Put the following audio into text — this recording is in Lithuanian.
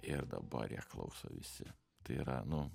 ir dabar ją klauso visi tai yra nu